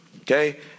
okay